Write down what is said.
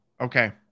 Okay